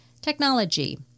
Technology